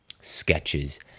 sketches